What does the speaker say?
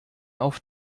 auf